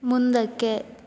ಮುಂದಕ್ಕೆ